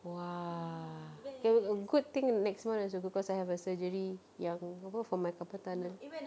!wah! good thing next month also because I have a surgery yang apa for my carpal tunnel